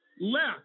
left